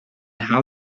how